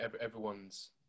everyone's